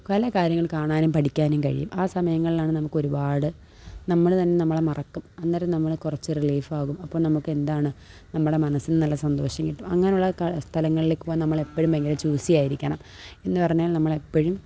പല കാര്യങ്ങൾ കാണാനും പഠിക്കാനും കഴിയും ആ സമയങ്ങളിലാണ് നമുക്കൊരുപാട് നമ്മൾ തന്നെ നമ്മളെ മറക്കും അന്നേരം നമ്മൾ കുറച്ച് റീലീഫാകും അപ്പോൾ നമുക്കെന്താണ് നമ്മുടെ മനസ്സിന് നല്ല സന്തോഷം കിട്ടും അങ്ങനെയുള്ള സ്ഥലങ്ങളിലേക്ക് പോവാൻ നമ്മളെപ്പോഴും ഭയങ്കര ചൂസിയായിരിക്കണം എന്നു പറഞ്ഞാൽ നമ്മളെപ്പോഴും